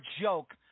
joke